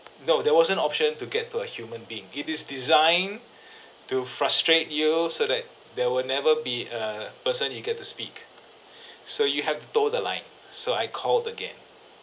no there wasn't option to get to a human being it is designed to frustrate you so that there will never be a person you get to speak so you have to tow the line so I called again